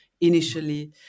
initially